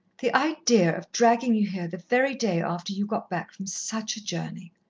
the idea of dragging you here the very day after you got back from such a journey.